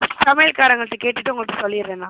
சமையல்காரங்கள்ட்ட கேட்டுவிட்டு உங்கள்ட்ட சொல்லிவிடுறேண்ணா